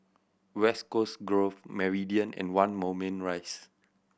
West Coast Grove Meridian and One Moulmein Rise